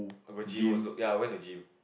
got gym also ya I went to gym